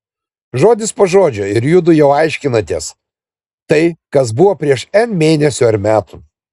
žodis po žodžio ir judu jau aiškinatės tai kas buvo prieš n mėnesių ar metų